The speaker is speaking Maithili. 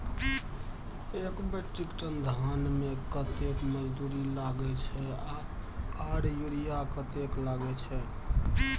एक मेट्रिक टन धान में कतेक मजदूरी लागे छै आर यूरिया कतेक लागे छै?